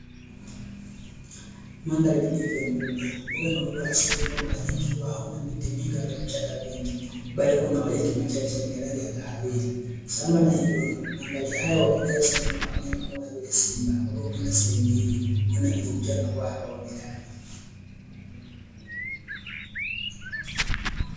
Mandhari tulivu ya mbuga, mbuga yenye uoto wa asili ambayo mara nyingi haina miti mingi wala vichaka vingi, bali huwa na majani machache yenye rangi ya kahawia, sambamba na hilo mandhari hiyo huwapendeza wanyama. kama simba ambao hupenda sehemu hii kwenda kujificha na kuwa hawaonekani.